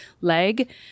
leg